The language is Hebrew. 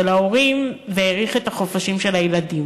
ההורים והאריך את החופשים של הילדים,